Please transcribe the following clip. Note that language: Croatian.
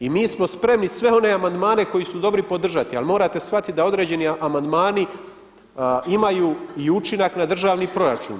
I mi smo spremni sve one amandmane koje su dobri podržati, ali morate shvatiti da određeni amandmani imaju i učinak na državni proračun.